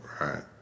Right